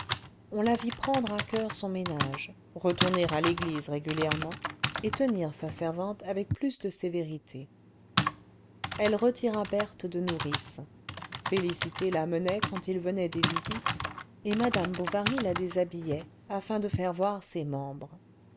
on la vit prendre à coeur son ménage retourner à l'église régulièrement et tenir sa servante avec plus de sévérité elle retira berthe de nourrice félicité l'amenait quand il venait des visites et madame bovary la déshabillait afin de faire voir ses membres